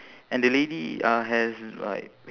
and the lady uh has like